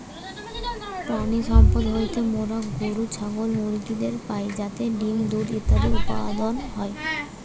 প্রাণিসম্পদ হইতে মোরা গরু, ছাগল, মুরগিদের পাই যাতে ডিম্, দুধ ইত্যাদি উৎপাদন হয়